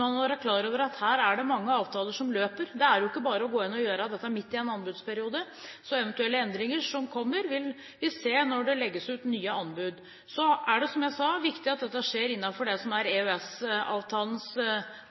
man må være klar over at her er det mange avtaler som løper. Det er jo ikke bare å gå inn og gjøre dette midt i en anbudsperiode. Så eventuelle endringer som kommer, vil vi se når det legges ut nye anbud. Så er det, som jeg sa, viktig at dette skjer innenfor det som er